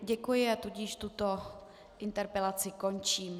Děkuji a tudíž tuto interpelaci končím.